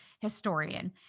historian